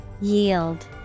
Yield